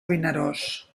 vinaròs